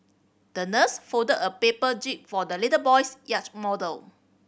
the nurse folded a paper jib for the little boy's yacht model